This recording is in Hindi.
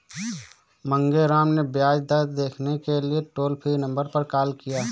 मांगेराम ने ब्याज दरें देखने के लिए टोल फ्री नंबर पर कॉल किया